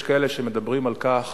יש כאלה שמדברים על כך